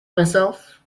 myself